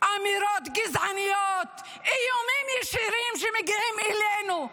אמירות גזעניות, איומים ישירים שמגיעים אלינו,